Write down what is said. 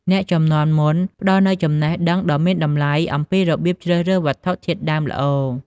អ្នកជំនាន់មុនផ្ដល់នូវចំណេះដឹងដ៏មានតម្លៃអំពីរបៀបជ្រើសរើសវត្ថុធាតុដើមល្អ។